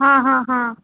हां हां हां